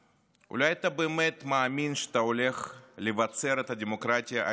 אולי אתה באמת מאמין שאתה הולך לבצר את הדמוקרטיה הישראלית,